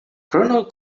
colonel